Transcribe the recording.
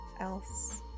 else